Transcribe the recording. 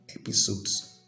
episodes